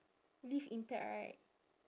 leave impact right